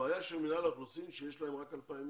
הבעיה של מינהל האוכלוסין היא שיש להם אפשרות רק 2,000